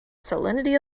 salinity